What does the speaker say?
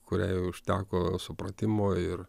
kuriai užteko supratimo ir